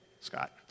Scott